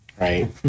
Right